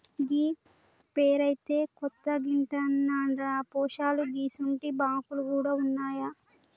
గీ పేరైతే కొత్తగింటన్నరా పోశాలూ గిసుంటి బాంకులు గూడ ఉన్నాయా